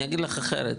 אני אגיד לך אחרת,